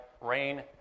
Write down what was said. rain